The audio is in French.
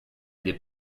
des